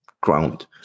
ground